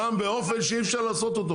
גם באופן שאי אפשר לעשות אותו.